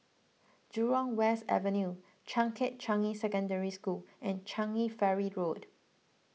Jurong West Avenue Changkat Changi Secondary School and Changi Ferry Road